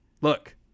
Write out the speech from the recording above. look